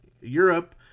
Europe